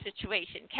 situation